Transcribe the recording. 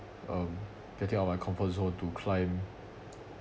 um getting out of my comfort zone to climb